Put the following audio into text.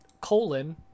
colon